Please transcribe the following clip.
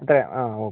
അത്രയാ ആ ഓക്കെ